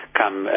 come